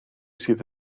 sydd